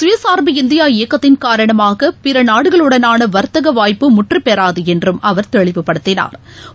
சுயசார்பு இந்தியா இயக்கத்தின் காரணமாகபிறநாடுகளுடனானவர்த்தகவாய்ப்பு முற்றபெறாதுஎன்றம் அவர் தெளிவுபடுத்தினா்